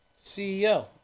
CEO